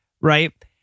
right